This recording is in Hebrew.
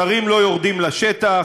שרים לא יורדים לשטח,